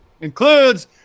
includes